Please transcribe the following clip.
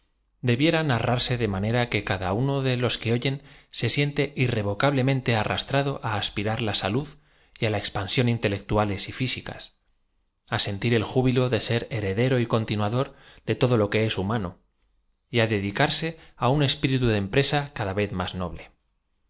debiera narrarse de manera que cada uno de los que oyen ae siente irrevocablem ente arrastrado á aspirar la salud y á la expansión intelectuales y fisi c a á sentir el júbilo de ser heredero y continuador de todo lo que es humano y á dedicarse á un espirita de empresa cada v e z más noble